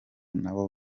nabo